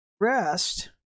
rest